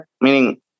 meaning